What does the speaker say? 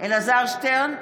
אלעזר שטרן,